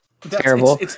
Terrible